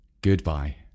goodbye